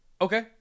Okay